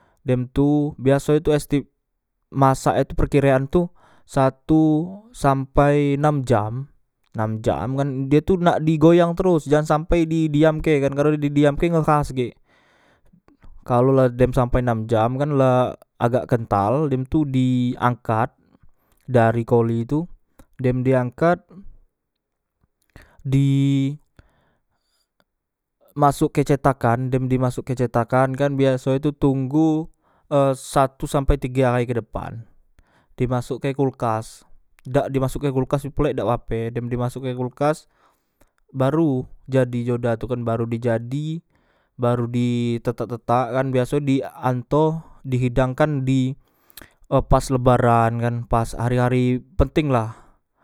Dem tu biaso e tu esti masak e tu perkirean tu satu sampai nam jam nam jam kan die tu nak digoyang teros jangan sampai di diamke kan karno men di diamke ngehas gek kalau la dem sampe nam jam kan la agak kental dem tu di angkat dari koli tu dem di angkat di masokke cetakkan dem dimasokke cetakkan kan biasoe tu tunggu e satu sampai tige ahai kedepan dimasokke kulkas dak dimasokke kulkas pulek dak pe dem dimasokke kulkas baru jadi joda tu kan baru dijadi baru di tetak tetak kan biaso di anto dihidangkan di e pas lebaran kan pas e hari hari penteng lah